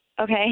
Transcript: Okay